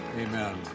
Amen